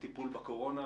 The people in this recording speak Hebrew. בטיפול בקורונה.